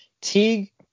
Teague